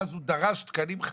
ואז הוא דרש תקנים חדשים.